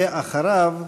ואחריו,